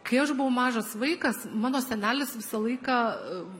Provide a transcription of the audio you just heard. kai aš buvau mažas vaikas mano senelis visą laiką